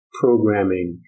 programming